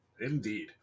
Indeed